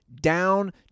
down